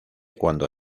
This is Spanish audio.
cuando